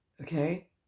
okay